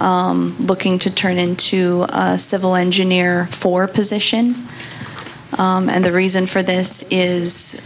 looking to turn into a civil engineer for position and the reason for this is